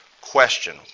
question